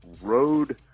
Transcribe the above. road